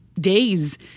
days